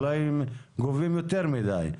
אולי הם גובים יותר מדי.